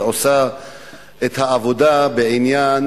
והיא עושה את העבודה בעניין